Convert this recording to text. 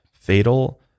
Fatal